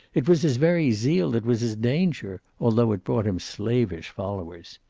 it was his very zeal that was his danger, although it brought him slavish followers.